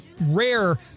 rare